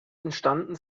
entstanden